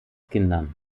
kindern